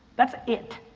that's it.